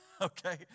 Okay